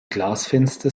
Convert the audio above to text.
glasfenster